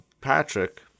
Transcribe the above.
Patrick